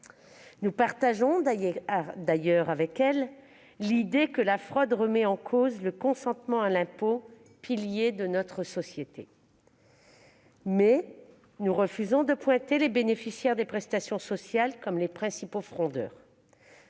Nous partageons d'ailleurs avec elle l'idée que la fraude remet en cause le consentement à l'impôt, pilier de notre société. En revanche, nous refusons de pointer du doigt les bénéficiaires des prestations sociales comme les principaux fraudeurs.